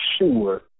sure